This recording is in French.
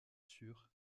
sur